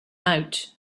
out